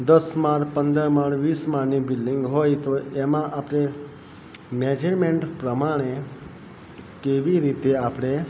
દસ માળ પંદર માળ વીસ માળની બિલ્ડિંગ હોય તો એમાં આપણે મેજરમેન્ટ પ્રમાણે કેવી રીતે આપણે